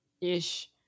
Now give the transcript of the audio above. ish